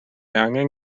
angen